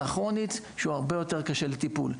כרונית שהוא הרבה יותר קשה לטיפול.